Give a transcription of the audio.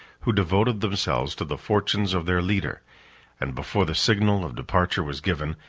who devoted themselves to the fortunes of their leader and before the signal of departure was given,